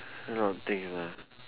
a lot of things ah